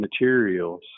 materials